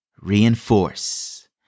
reinforce